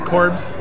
Corbs